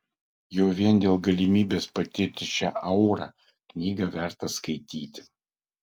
jau vien dėl galimybės patirti šią aurą knygą verta skaityti